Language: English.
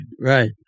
Right